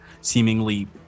seemingly